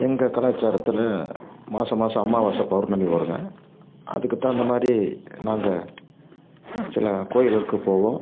எங்கள் கலாச்சாரத்தில் மாத மாதம் அமாவாசை பௌர்ணமி வருங்க அதுக்குத் தகுந்த மாதிரி நாங்கள் சில கோயில்களுக்குப் போவோம்